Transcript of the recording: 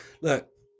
Look